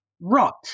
rot